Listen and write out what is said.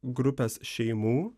grupes šeimų